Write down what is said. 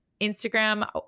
Instagram